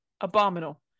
abominable